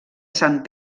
sant